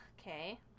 okay